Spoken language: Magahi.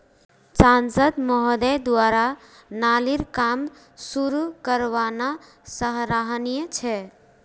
सांसद महोदय द्वारा नालीर काम शुरू करवाना सराहनीय छ